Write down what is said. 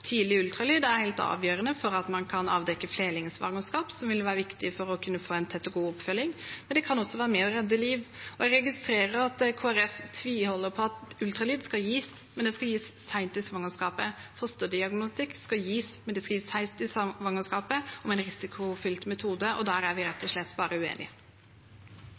Tidlig ultralyd er helt avgjørende for at man kan avdekke flerlingsvangerskap, noe som vil være viktig for å kunne få en tett og god oppfølging, men det kan også være med på å redde liv. Jeg registrerer at Kristelig Folkeparti tviholder på at ultralyd skal gis, men det skal gis sent i svangerskapet. Fosterdiagnostikk skal gis, men det skal gis sent i svangerskapet og med en risikofylt metode. Der er vi rett og slett bare uenige.